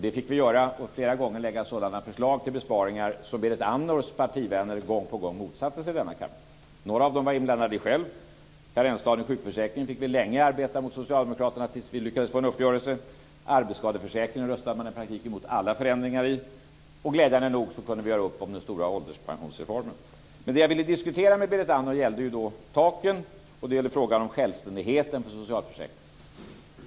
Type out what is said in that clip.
Det fick vi göra, och vi fick flera gånger lägga fram förslag till besparingar som Berit Andnors partivänner gång på gång motsatte sig i denna kammare. Några av dem var jag inblandad i själv. I fråga om karensdagen i sjukförsäkringen fick vi länge arbeta mot Socialdemokraterna innan vi lyckades få en uppgörelse. I fråga om arbetsskadeförsäkringen röstade man i praktiken emot alla förändringar. Glädjande nog kunde vi dock göra upp om den stora ålderspensionsreformen. Men det jag ville diskutera med Berit Andnor gällde taken, och det gällde frågan om självständigheten i socialförsäkringarna.